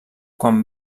quan